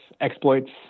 exploits